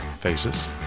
faces